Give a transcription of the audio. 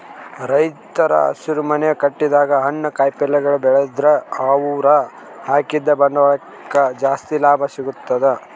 ರೈತರ್ ಹಸಿರುಮನೆ ಕಟ್ಟಡದಾಗ್ ಹಣ್ಣ್ ಕಾಯಿಪಲ್ಯ ಬೆಳದ್ರ್ ಅವ್ರ ಹಾಕಿದ್ದ ಬಂಡವಾಳಕ್ಕ್ ಜಾಸ್ತಿ ಲಾಭ ಸಿಗ್ತದ್